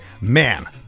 man